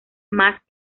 más